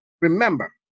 Remember